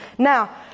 Now